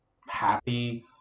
happy